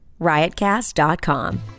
riotcast.com